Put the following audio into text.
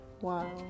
Wow